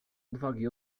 odwagi